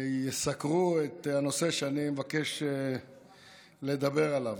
יסקרו את הנושא שאני מבקש לדבר עליו.